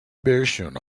version